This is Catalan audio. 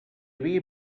havia